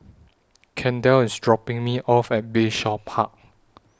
Kendall IS dropping Me off At Bayshore Park